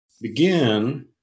begin